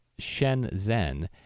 Shenzhen